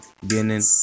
vienen